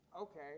Okay